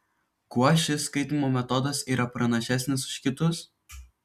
kuo šis skaitymo metodas yra pranašesnis už kitus